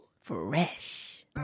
Fresh